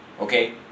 okay